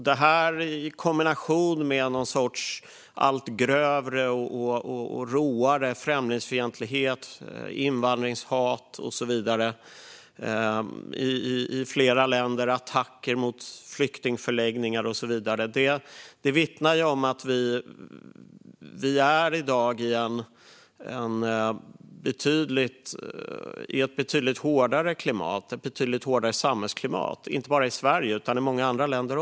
Detta i kombination med någon sorts allt grövre och råare främlingsfientlighet och invandringshat, och i flera länder attacker mot flyktingförläggningar, vittnar om att vi i dag har ett betydligt hårdare samhällsklimat, inte bara i Sverige utan också i många andra länder.